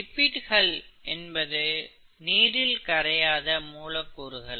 லிப்பிடுகள் என்பது நீரில் கரையாத மூலக்கூறுகள்